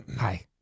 Hi